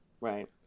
right